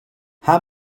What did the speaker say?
how